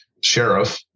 sheriff